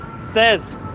Says